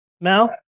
Mal